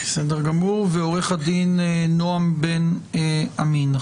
רובינשטיין ועו"ד נועם בן עמי.